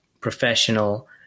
professional